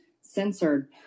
censored